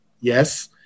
yes